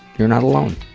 you're not alone.